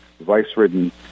vice-ridden